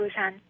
Busan